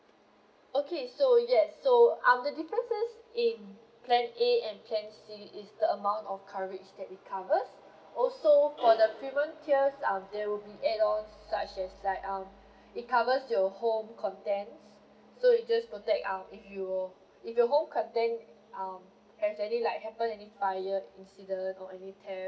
okay so yes so our differences in plan A and plan C is the amount of coverage that it covers also for the premium tiers um there will be add-ons such as like um it covers to your home contents so you just contact our if you if you home contents um have any like happened any fire incident or any theft